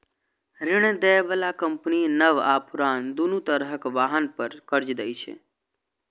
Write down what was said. ऋण दै बला कंपनी नव आ पुरान, दुनू तरहक वाहन पर कर्ज दै छै